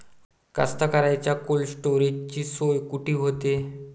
कास्तकाराइच्या कोल्ड स्टोरेजची सोय कुटी होते?